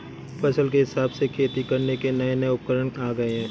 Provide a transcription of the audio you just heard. फसल के हिसाब से खेती करने के नये नये उपकरण आ गये है